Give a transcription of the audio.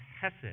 hesed